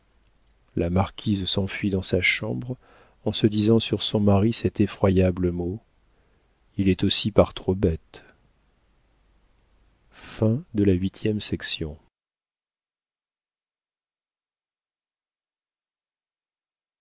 la marquise s'enfuit dans sa chambre en se disant sur son mari cet effroyable mot il est aussi par trop bête